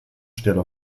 stelle